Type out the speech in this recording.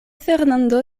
fernando